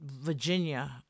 Virginia